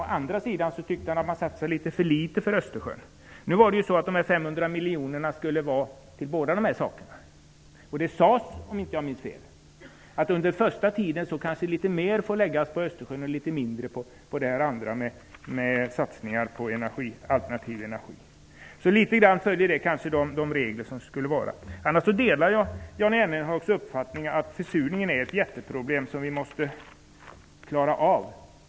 Å andra sidan tyckte han att man satsar litet för litet på Östersjön. Nu var de 500 miljonerna avsedda för båda de här sakerna. Det sades också, om inte jag minns fel, att under första tiden kanske litet mer får läggas på Östersjön och litet mindre på satsningar på alternativ energi. Så på det hela taget följer nog fördelningen de regler som skulle gälla. Annars delar jag Jan Jennehags uppfattning att försurningen är ett jätteproblem som vi måste klara av.